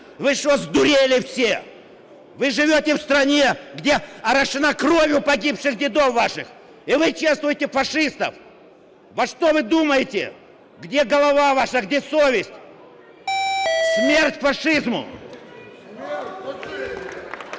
Ви що здуріли всі? Ви живете в стране, где орошена кровью погибших дедов ваших. И вы чествуете фашистов? Во что вы думаете? Где голова ваша? Где совесть? Смерть фашизму!